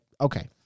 okay